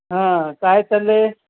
हां काय चालले